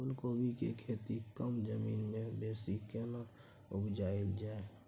फूलकोबी के खेती कम जमीन मे बेसी केना उपजायल जाय?